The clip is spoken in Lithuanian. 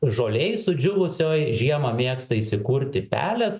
žolėj sudžiūvusioj žiemą mėgsta įsikurti pelės